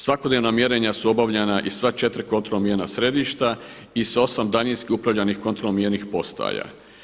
Svakodnevna mjerenja su obavljena iz sva 4 kontrolna mjerna središta i sa 8 daljinski upravljanih kontrolno mjernih postaja.